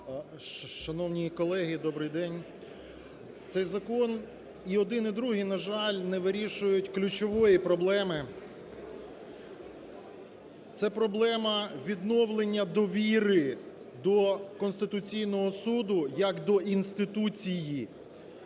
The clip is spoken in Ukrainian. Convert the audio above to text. Шановні колеги, добрий день! Цей закон і один, і другий, на жаль, не вирішують ключової проблеми. Це проблема відновлення довіри до Конституційного Суду як до інституції.